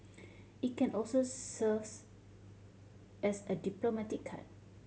it can also serves as a diplomatic card